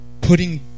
putting